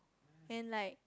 and like